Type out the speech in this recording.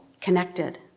connected